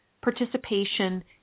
participation